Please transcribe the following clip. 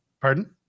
Pardon